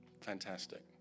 Fantastic